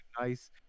nice